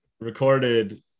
recorded